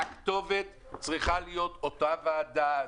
הכתובת צריכה להיות אותה ועדה.